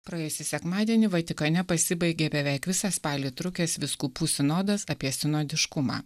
praėjusį sekmadienį vatikane pasibaigė beveik visą spalį trukęs vyskupų sinodas apie sinodiškumą